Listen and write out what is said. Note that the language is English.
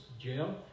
jail